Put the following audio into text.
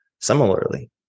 similarly